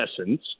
essence